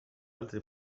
altri